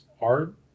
art